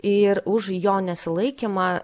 ir už jo nesilaikymą